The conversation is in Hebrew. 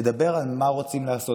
לדבר על מה רוצים לעשות,